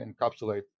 encapsulate